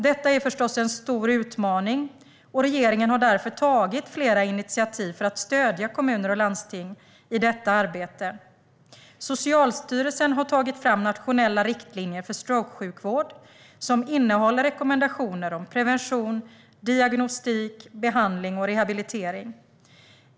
Detta är förstås en stor utmaning, och regeringen har därför tagit flera initiativ för att stödja kommuner och landsting i detta arbete. Socialstyrelsen har tagit fram nationella riktlinjer för strokesjukvård som innehåller rekommendationer om prevention, diagnostik, behandling och rehabilitering.